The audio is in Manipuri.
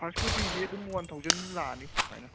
ꯐꯥꯔꯁ ꯀꯣꯄꯤꯁꯦ ꯑꯗꯨꯝ ꯋꯥꯟ ꯊꯥꯎꯖꯟ ꯂꯥꯛꯑꯅꯤ ꯁꯨꯃꯥꯏꯅ